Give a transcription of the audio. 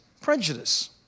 prejudice